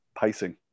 pacing